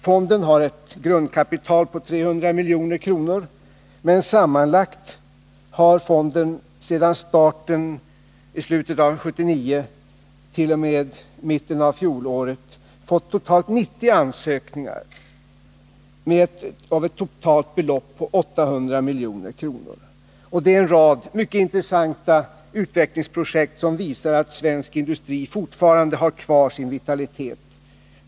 Fonden har ett grundkapital på 300 milj.kr., men sammanlagt har fonden sedan starten i slutet av år 1979 fått totalt 90 ansökningar till ett sammanlagt belopp på 800 milj.kr. Det gäller en rad mycket intressanta utvecklingsprojekt, som visar att svensk industri fortfarande har kvar sin vitalitet.